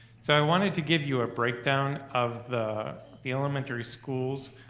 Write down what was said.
so i wanted to give you a breakdown of the the elementary schools